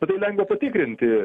bet tai lengva patikrinti